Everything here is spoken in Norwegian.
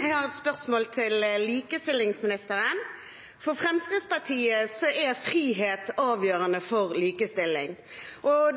Jeg har et spørsmål til likestillingsministeren. For Fremskrittspartiet er frihet avgjørende for likestilling.